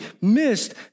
missed